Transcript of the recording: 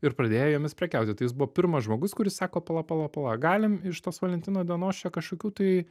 ir pradėjo jomis prekiauti tai jis buvo pirmas žmogus kuris sako pala pala pala galim iš tos valentino dienos čia kažkokių tai